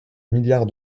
milliard